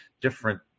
different